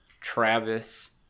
Travis